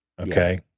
Okay